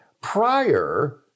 prior